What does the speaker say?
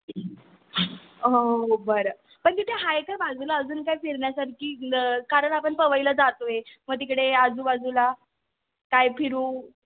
हो बरं पण तिथे आहे का बाजूला अजून काय फिरण्यासारखी कारण आपण पवईला जातोय मग तिकडे आजूबाजूला काय फिरू